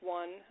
one